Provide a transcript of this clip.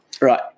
Right